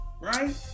Right